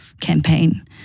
campaign